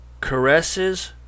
caresses